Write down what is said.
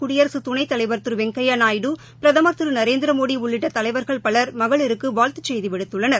குடியரசுதுணைத்தலைவர் திருவெங்கையாநாயுடு பிரதமர் திருநரேந்திரமோடிஉள்ளிட்டதலைவர்கள் பலர் மகளிருக்குவாழ்த்துச் செய்திவிடுத்துள்ளனர்